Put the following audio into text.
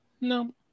no